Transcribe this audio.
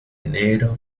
negro